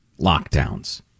lockdowns